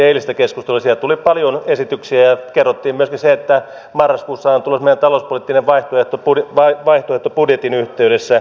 siellä tuli paljon esityksiä ja kerrottiin myöskin se että marraskuussa on tulossa meidän talouspoliittinen vaihtoehtomme budjetin yhteydessä esitettäväksi